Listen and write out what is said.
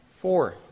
Four